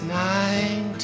19